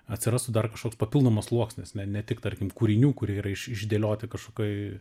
atsirastų dar kažkoks papildomas sluoksnis ne tik tarkim kūrinių kurie yra iš išdėlioti kažkokioj